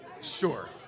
Sure